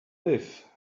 live